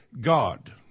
God